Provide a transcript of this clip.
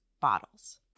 bottles